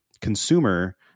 consumer